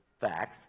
facts